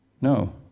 No